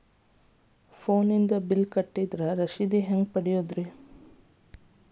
ಫೋನಿನಾಗ ಬಿಲ್ ಕಟ್ಟದ್ರ ರಶೇದಿ ಹೆಂಗ್ ಪಡೆಯೋದು?